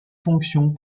fonctions